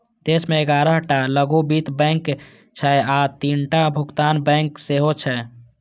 देश मे ग्यारह टा लघु वित्त बैंक छै आ तीनटा भुगतान बैंक सेहो छै